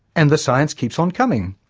and the science keeps on coming.